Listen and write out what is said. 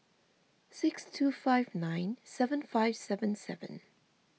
six two five nine seven five seven seven